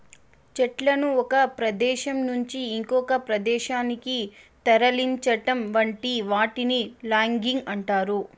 చెట్లను ఒక ప్రదేశం నుంచి ఇంకొక ప్రదేశానికి తరలించటం వంటి వాటిని లాగింగ్ అంటారు